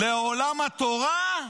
לעולם התורה?